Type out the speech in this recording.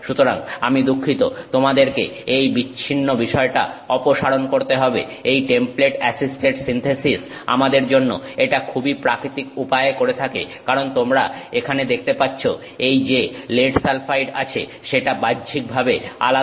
সুতরাং আমি দুঃখিত তোমাদেরকে এই বিচ্ছিন্ন বিষয়টা অপসারণ করতে হবে এই টেমপ্লেট অ্যাসিস্টেড সিন্থেসিস আমাদের জন্য এটা খুবই প্রাকৃতিক উপায়ে করে থাকে কারণ তোমরা এখানে দেখতে পাচ্ছ এই যে লেড সালফাইড আছে সেটা বাহ্যিকভাবে আলাদা